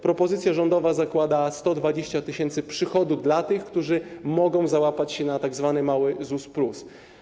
Propozycja rządowa zakłada 120 tys. przychodu dla tych, którzy mogą załapać się na tzw. mały ZUS+.